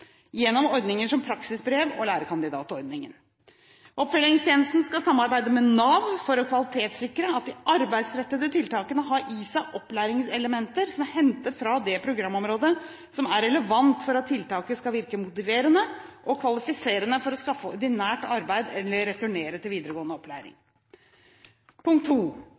gjennom ordninger som praksisbrev og lærekandidatordningen. Oppfølgingstjenesten skal samarbeide med Nav for å kvalitetssikre at de arbeidsrettede tiltakene har i seg opplæringselementer som er hentet fra det programområdet som er relevant for at tiltaket skal virke motiverende og kvalifiserende for å skaffe ordinært arbeid eller returnere til videregående